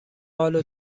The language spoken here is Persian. حالو